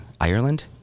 Ireland